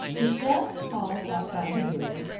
the steps paused outside the door,